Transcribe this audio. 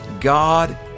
God